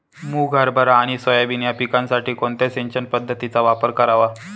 मुग, हरभरा आणि सोयाबीन या पिकासाठी कोणत्या सिंचन पद्धतीचा वापर करावा?